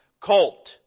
colt